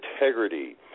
integrity